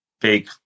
big